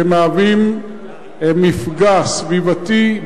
שמהווים מפגע סביבתי,